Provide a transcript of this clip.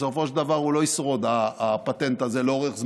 בסופו של דבר הוא לא ישרוד, הפטנט הזה, לאורך זמן,